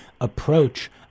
approach